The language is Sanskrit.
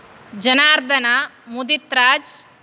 जनार्दन मुदित्राज